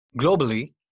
Globally